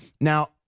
Now